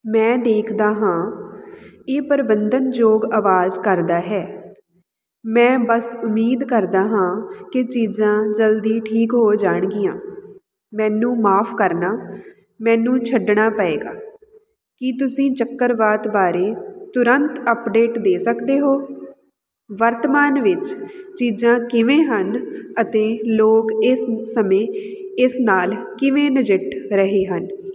ਮੈਂ ਦੇਖਦਾ ਹਾਂ ਇਹ ਪ੍ਰਬੰਧਨਯੋਗ ਆਵਾਜ਼ ਕਰਦਾ ਹੈ ਮੈਂ ਬਸ ਉਮੀਦ ਕਰਦਾ ਹਾਂ ਕਿ ਚੀਜ਼ਾਂ ਜਲਦੀ ਠੀਕ ਹੋ ਜਾਣਗੀਆਂ ਮੈਨੂੰ ਮਾਫ਼ ਕਰਨਾ ਮੈਨੂੰ ਛੱਡਣਾ ਪਏਗਾ ਕੀ ਤੁਸੀਂ ਚੱਕਰਵਾਤ ਬਾਰੇ ਤੁਰੰਤ ਅਪਡੇਟ ਦੇ ਸਕਦੇ ਹੋ ਵਰਤਮਾਨ ਵਿੱਚ ਚੀਜ਼ਾਂ ਕਿਵੇਂ ਹਨ ਅਤੇ ਲੋਕ ਇਸ ਸਮੇਂ ਇਸ ਨਾਲ ਕਿਵੇਂ ਨਜਿੱਠ ਰਹੇ ਹਨ